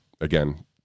again